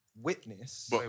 witness